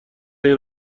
این